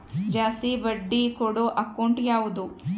ಜಾಸ್ತಿ ಬಡ್ಡಿ ಕೊಡೋ ಅಕೌಂಟ್ ಯಾವುದು?